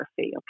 okay